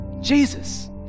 Jesus